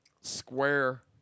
square